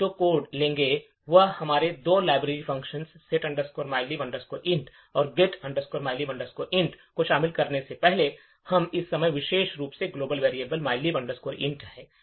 हम जो कोड लेंगे वह हमारे दो library functions set mylib int और get mylib int को शामिल करने से पहले है और इस समय यह विशेष रूप से global variable mylib int है